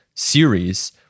series